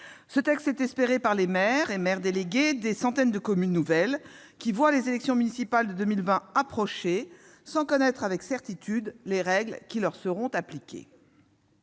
Ce texte est espéré par les maires et maires délégués des communes nouvelles, qui voient les élections municipales de 2020 approcher sans connaître avec certitude les règles qui leur seront appliquées.